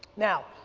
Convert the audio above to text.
now,